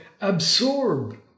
absorb